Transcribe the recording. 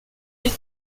les